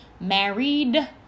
Married